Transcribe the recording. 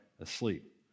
asleep